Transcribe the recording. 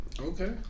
Okay